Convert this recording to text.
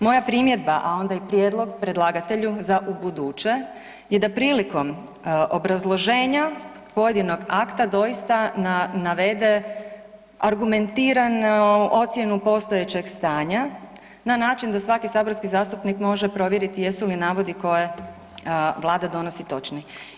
Moja primjedba, a onda i prijedlog predlagatelju za ubuduće je da prilikom obrazloženja pojedinog akta doista navede argumentiranu ocjenu postojećeg stanja na način da svaki saborski zastupnik može provjeriti jesu li navodi koje Vlada donosi točni.